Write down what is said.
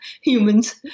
humans